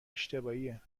اشتباهیه